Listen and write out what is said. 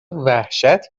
وحشت